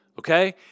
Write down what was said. Okay